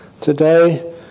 today